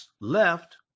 left